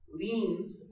leans